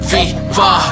Viva